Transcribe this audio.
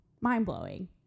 mind-blowing